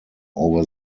over